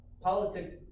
politics